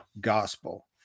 gospel